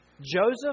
Joseph